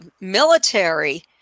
military